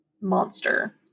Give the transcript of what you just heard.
monster